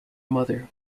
mother